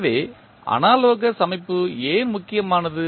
எனவே அனாலோகஸ் அமைப்பு ஏன் முக்கியமானது